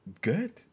good